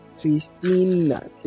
Christina